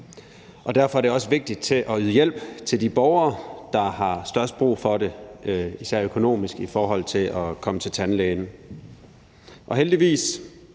derfor er det også vigtigt at yde hjælp til de borgere, der har mest brug for det, især økonomisk, i forhold til at komme til tandlægen.